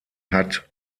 hat